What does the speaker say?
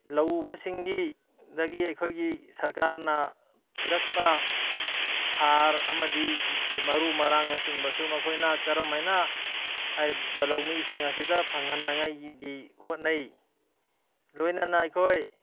ꯂꯧ ꯎꯕꯁꯤꯡꯒꯤ ꯑꯗꯒꯤ ꯑꯩꯈꯣꯏꯒꯤ ꯁꯔꯀꯥꯔꯅ ꯄꯤꯔꯛꯄ ꯍꯥꯔ ꯑꯃꯗꯤ ꯃꯔꯨ ꯃꯔꯥꯡꯅꯆꯤꯡꯕꯁꯨ ꯃꯈꯣꯏꯅ ꯀꯔꯝ ꯍꯥꯏꯅ ꯍꯥꯏꯔꯤꯕ ꯂꯧꯃꯤꯁꯤꯡ ꯑꯁꯤꯗ ꯐꯪꯍꯟꯅꯉꯥꯏꯒꯤ ꯍꯣꯠꯅꯩ ꯂꯣꯏꯅꯅ ꯑꯩꯈꯣꯏ